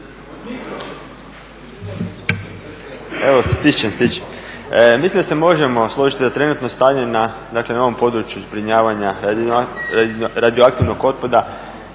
Draženko (SDP)** Mislim da se možemo složiti da trenutno stanje na, dakle na ovom području zbrinjavanja radioaktivnog otpada